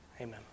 Amen